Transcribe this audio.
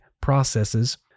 processes